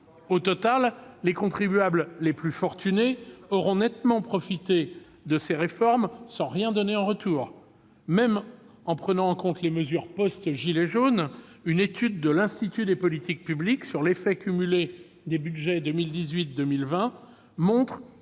Au total, les contribuables les plus fortunés auront nettement profité de ces réformes sans rien donner en retour. Même en prenant en compte les mesures post-« gilets jaunes », une étude de l'Institut des politiques publiques sur l'effet cumulé des budgets 2018-2020 montre